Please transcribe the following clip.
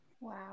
Wow